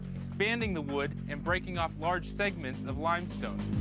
expanding the wood and breaking off large segments of limestone.